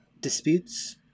disputes